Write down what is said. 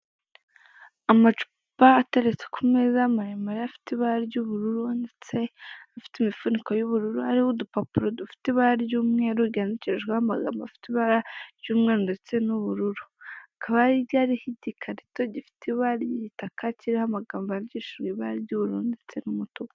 Amacupa ateretse ku meza maremare afite ibara ry'ubururu ndetse ifite imifuniko y'ubururu hariho udupapuro dufite ibara ry'umweru ry'andikishijweho amagambo afite ibara ry'umweru ndetse n'ubururu, hakaba hirya hariho igikarito gifite ibara ry'igitaka kiriho amagambo y'andikishijwe ibara ry'ubururu ndetse n'umutuku.